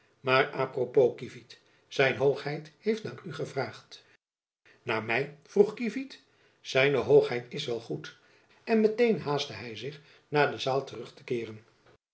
maar à propos kievit z hoogheid heeft naar u gevraagd naar my vroeg kievit z hoogheid is wel goed en met-een haastte hy zich naar de zaal terug te keeren